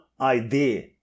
idea